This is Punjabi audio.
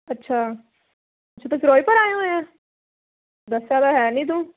ਅੱਛਾ ਅੱਛਾ ਤੂੰ ਫਿਰੋਜ਼ਪੁਰ ਆਇਆ ਹੋਇਆ ਦੱਸਿਆ ਤਾਂ ਹੈ ਨਹੀਂ ਤੂੰ